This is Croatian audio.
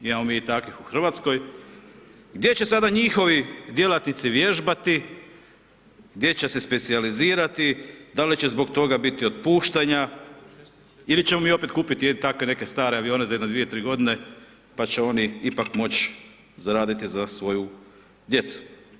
Imamo mi takvih u Hrvatskoj, gdje će sada njihovi djelatnici vježbati, gdje će se specijalizirati, da li će zbog toga biti otpuštanja ili ćemo mi opet kupiti takve neke stare avione za jedno 2, 3 g. pa će oni ipak moći zaraditi za svoju djecu.